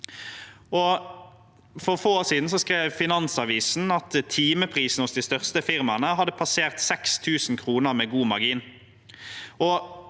Finansavisen at timeprisen hos de største firmaene hadde passert 6 000 kr med god margin.